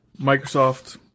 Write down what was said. Microsoft